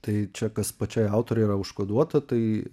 tai čia kas pačiai autorei yra užkoduota tai